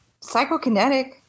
Psychokinetic